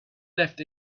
left